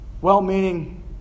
well-meaning